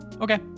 Okay